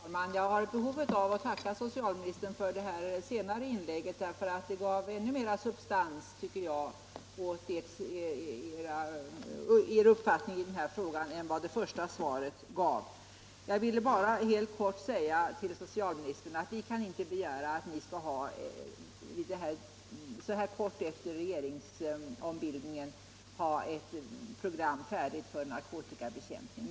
Herr talman! Jag har ett behov av att tacka socialministern för det senaste inlägget, därför att jag tycker att det gav mera substans åt statsrådets uppfattning i denna fråga än vad som kunde utläsas ur det första svaret. Helt kort vill jag sedan också säga till socialministern att vi i dag, så kort tid efter regeringsombildningen, inte begär att ni skall ha ett program färdigt för narkotikabekämpning.